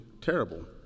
terrible